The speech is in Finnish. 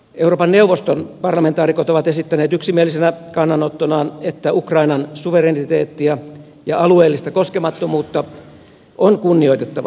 euroopan neuvoston parlamentaarikot ovat esittäneet yksimielisenä kannanottonaan että ukrainan suvereniteettia ja alueellista koskemattomuutta on kunnioitettava